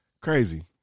Crazy